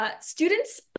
students